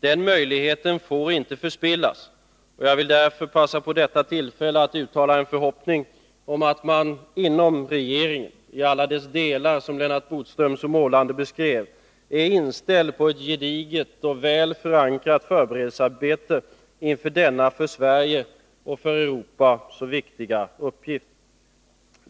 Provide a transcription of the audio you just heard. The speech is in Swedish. Den möjligheten får inte förspillas, och jag vill därför passa på detta tillfälle att uttala en förhoppning om att man inom regeringen — i alla dess delar, som Lennart Bodström så målande beskrev — är inställd på ett gediget och väl förankrat förberedelsearbete inför denna för Sverige och för Europa så viktiga uppgift.